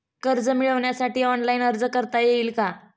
कर्ज मिळविण्यासाठी ऑनलाइन अर्ज करता येईल का?